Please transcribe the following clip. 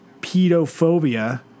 pedophobia